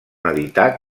editar